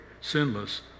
sinless